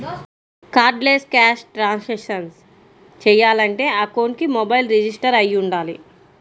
cardless cash transactions చెయ్యాలంటే అకౌంట్కి mobile register అయ్యి వుండాలి